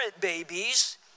babies